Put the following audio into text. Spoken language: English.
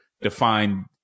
defined